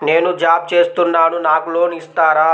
నేను జాబ్ చేస్తున్నాను నాకు లోన్ ఇస్తారా?